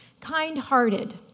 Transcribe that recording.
Kind-hearted